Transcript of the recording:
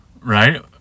right